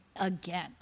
again